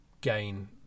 gain